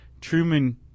Truman